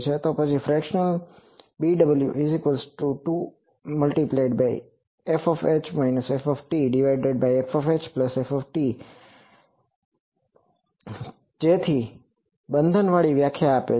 તો Fractional BW2fHfL તે 2 ગુણ્યા fH માઇનસ fL ભાગ્યા fH પ્લસ fL બરોબર છે જેથી તે બંધનવાળી વ્યાખ્યા આપે